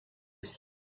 aussi